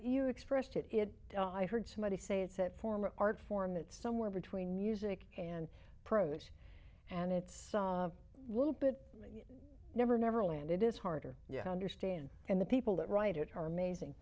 you expressed it it i heard somebody say it's a former art form it's somewhere between music and prose and it's a little bit never neverland it is harder yeah i understand and the people that write it are amazing